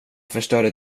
förstörde